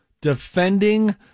defending